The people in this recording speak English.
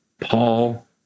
Paul